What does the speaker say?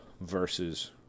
versus